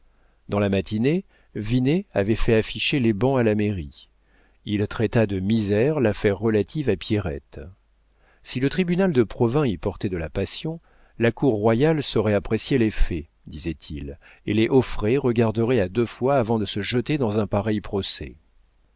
dans la matinée vinet avait fait afficher les bans à la mairie il traita de misère l'affaire relative à pierrette si le tribunal de provins y portait de la passion la cour royale saurait apprécier les faits disait-il et les auffray regarderaient à deux fois avant de se jeter dans un pareil